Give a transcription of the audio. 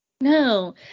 No